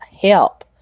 help